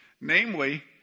Namely